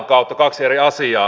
ne ovat kaksi eri asiaa